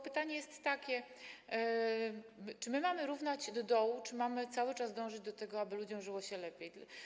Pytanie jest takie: Czy mamy równać do dołu, czy mamy cały czas dążyć do tego, aby ludziom żyło się lepiej?